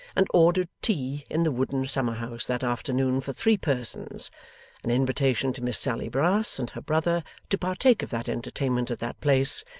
and ordered tea in the wooden summer-house that afternoon for three persons an invitation to miss sally brass and her brother to partake of that entertainment at that place,